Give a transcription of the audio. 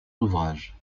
ouvrages